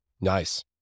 Nice